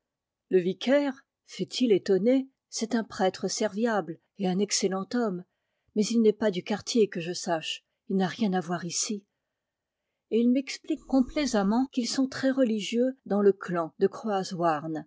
le vicaire fait-il étonné c'est un prêtre serviable et un excellent homme mais il n est pas du quartier que je sache il n'a rien à voir ici et il m'explique complaisamment qu'ils sont très religieux dans le clan de